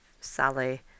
Sally